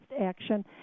action